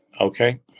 Okay